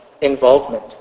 involvement